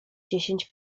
dziesięć